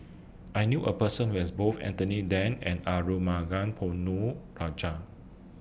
I knew A Person Who has Both Anthony Then and Arumugam Ponnu Rajah